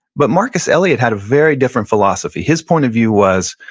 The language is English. but marcus elliot had a very different philosophy. his point of view was,